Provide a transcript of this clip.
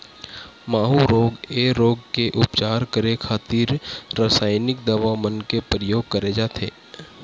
माहूँ रोग ऐ रोग के उपचार करे खातिर रसाइनिक दवा मन के परियोग करे जाथे